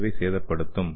ஏவை சேதப்படுத்தும்